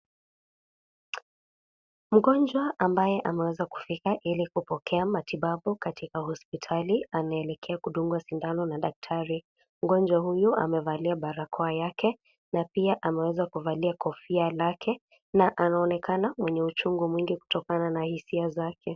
Mgonjwa ambaye ameweza kufika ili kupokea matibabu katika hospitali, anaelekea kudungwa sindano na daktari. Mgonjwa huyo amevalia barakoa yake, na pia ameweza kuvalia kofia lake, na anaonekana mwenye uchungu mwingi kutokana na hisia zake.